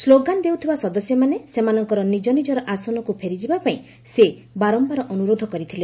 slogan ଦେଉଥିବା ସଦସ୍ୟମାନେ ସେମାନଙ୍କର ନିଜନିଜର ଆସନକୁ ଫେରିଯିବା ପାଇଁ ସେ ବାରମ୍ଭାର ଅନୁରୋଧ କରିଥିଲେ